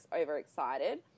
overexcited